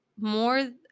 more